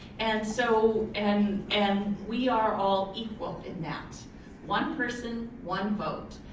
and so and and we are all equal in that one person, one vote,